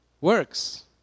works